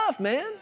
man